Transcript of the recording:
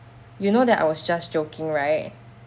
you know that I was just joking right